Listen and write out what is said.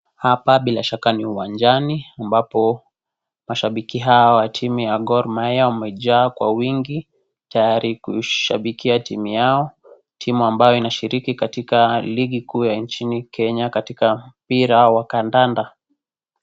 Hapa bila shaka ni uwanjani ambapo mashabiki hao wa timu ya Gor mahia wamejaa kwa uwingi, tayari kuishabikia timu yao, timu ambayo inashiriki katika ligi kuu ya nchini Kenya katika mpira wa kandanda.